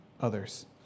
others